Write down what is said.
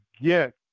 get